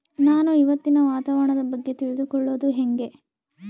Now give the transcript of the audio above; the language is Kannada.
ನಾನು ಇವತ್ತಿನ ವಾತಾವರಣದ ಬಗ್ಗೆ ತಿಳಿದುಕೊಳ್ಳೋದು ಹೆಂಗೆ?